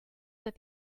that